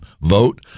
vote